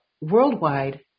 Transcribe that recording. worldwide